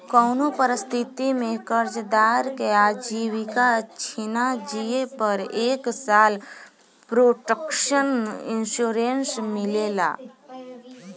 कउनो परिस्थिति में कर्जदार के आजीविका छिना जिए पर एक साल प्रोटक्शन इंश्योरेंस मिलेला